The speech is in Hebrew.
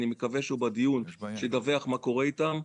אני מקווה שהוא בדיון, שידווח מה קורה איתן.